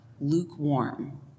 lukewarm